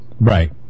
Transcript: Right